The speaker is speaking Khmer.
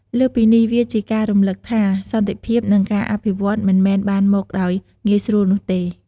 លើសពីនេះវាជាការរំឭកថា សន្តិភាពនិងការអភិវឌ្ឍន៍មិនមែនបានមកដោយងាយស្រួលនោះទេ។